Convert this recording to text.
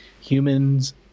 humans